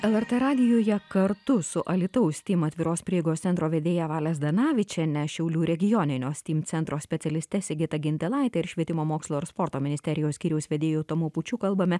lrt radijuje kartu su alytaus steam atviros prieigos centro vedėja valia zdanavičiene šiaulių regioninio steam centro specialiste sigita gintilaite ir švietimo mokslo ir sporto ministerijos skyriaus vedėju tomu pučiu kalbame